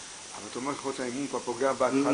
אבל אתה אומר שהאמון כבר פוגע בהתחלה.